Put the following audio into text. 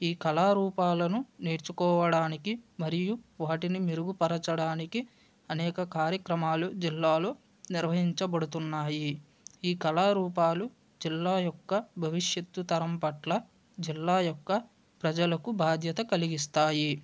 ఈ కళారూపాలను నేర్చుకోవడానికి మరియు వాటిని మెరుగుపరచడానికి అనేక కార్యక్రమాలు జిల్లాలు నిర్వహించబడుతున్నాయి ఈ కళారూపాలు జిల్లా యొక్క భవిష్యత్ తరం పట్ల జిల్లా యొక్క ప్రజలకు బాధ్యత కలిగిస్తాయి